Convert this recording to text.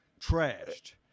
trashed